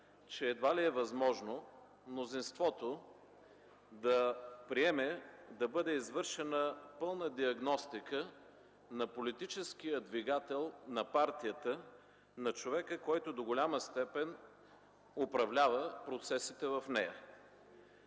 че няма как мнозинството да приеме да бъде извършена пълна диагностика на политическия двигател на партията, на човека, който до голяма степен управлява процесите в нея.